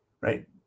right